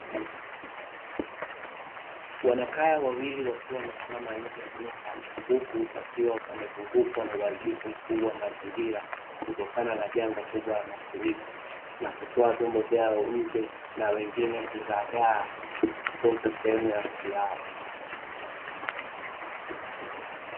Wanakaya wawili wakiwa wamesimama nje ya nyumba, huku pakiwa pamezungukwa na uharibifu mkubwa wa mazingira kutokana na janga kubwa la mafuriko na kutoa nyombo vyao nje, na wengine kuzagaa kukosa sehemu ya kulala.